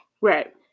right